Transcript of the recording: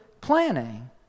planning